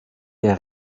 der